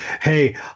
hey